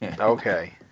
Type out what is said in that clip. Okay